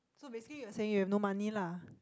so basically you are saying you have no money lah